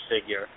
figure